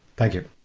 thank you.